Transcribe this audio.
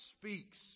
speaks